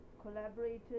collaborated